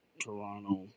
Toronto